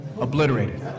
obliterated